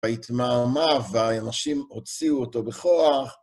ויתמהמה והאנשים הוציאו אותו בכוח.